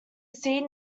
sea